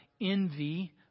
envy